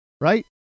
right